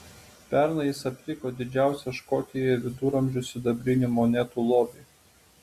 pernai jis aptiko didžiausią škotijoje viduramžių sidabrinių monetų lobį